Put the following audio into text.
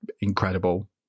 incredible